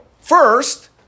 first